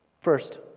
First